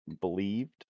believed